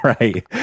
right